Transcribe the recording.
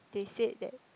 they said that